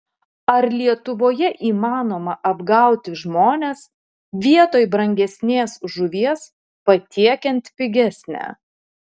ar lietuvoje įmanoma apgauti žmones vietoj brangesnės žuvies patiekiant pigesnę